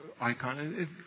icon